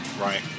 Right